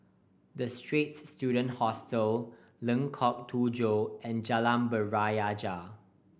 The Straits Student Hostel Lengkok Tujoh and Jalan Berjaya